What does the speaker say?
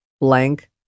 Blank